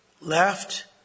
left